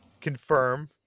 confirm